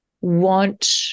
want